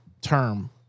term